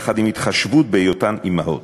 יחד עם התחשבות בהיותן אימהות.